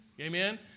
Amen